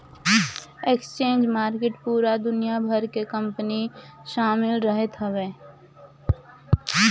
exchange market पूरा दुनिया भर के कंपनी शामिल रहत हवे